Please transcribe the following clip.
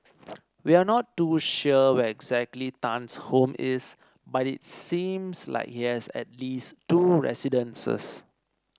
we are not too sure where exactly Tan's home is but it seems like he has at least two residences